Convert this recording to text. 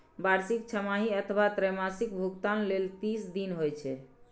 वार्षिक, छमाही अथवा त्रैमासिक भुगतान लेल तीस दिन होइ छै